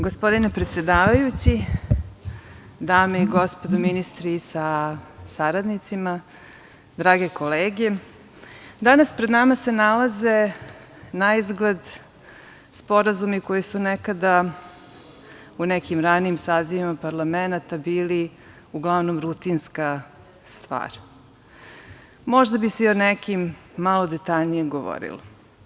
Gospodine predsedavajući, dame i gospodo ministri sa saradnicima, drage kolege danas se pred nama nalaze naizgled sporazumi koji su nekada u nekim ranijim sazivima parlamenata bili uglavnom rutinska stvar, možda bi se i o nekima malo detaljnije govorilo.